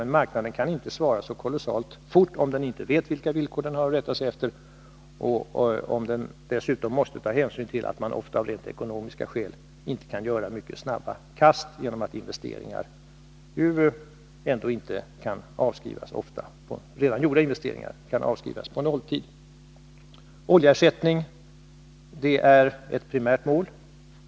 Men marknaden kan inte svara så kolossalt fort, om den inte vet vilka villkor den har att rätta sig efter och om den dessutom ofta av rent ekonomiska skäl måste ta hänsyn till att man inte kan göra mycket snabba kast — gjorda investeringar kan ändå inte avskrivas på nolltid. Oljeersättning är ett primärt mål.